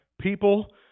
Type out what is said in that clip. people